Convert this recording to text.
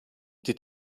die